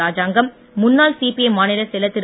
ராஜாங்கம் முன்னாள் சிபிஐ மாநிலச் செயலர் திரு